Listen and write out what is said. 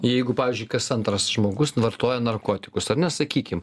jeigu pavyzdžiui kas antras žmogus nu vartoja narkotikus ar ne sakykim